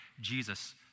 Jesus